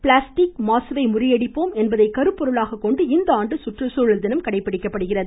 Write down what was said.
plastic மாசுவை முறியடிப்போம் என்பதை கருப்பொருளாகக் கொண்டு இந்த ஆண்டு சுற்றுச்சூழல் தினம் கடைபிடிக்கப்படுகிறது